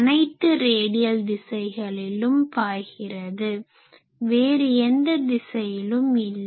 அனைத்து ரேடியல் திசைகளிலும் பாய்கிறது வேறு எந்த திசையிலும் இல்லை